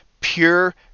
pure